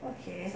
okay